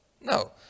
No